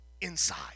inside